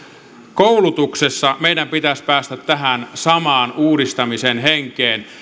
koulutuksessa meidän pitäisi päästä tähän samaan uudistamisen henkeen